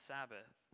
Sabbath